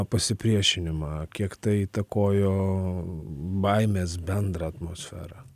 pasipriešinimą kiek tai įtakojo baimės bendrą atmosferą